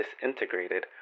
disintegrated